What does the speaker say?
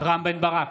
רם בן ברק,